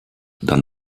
dann